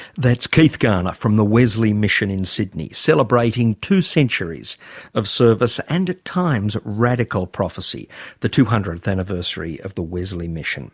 that's keith garner, from the wesley mission in sydney, celebrating two centuries of service and at times radical prophecy the two hundredth anniversary of the wesley mission.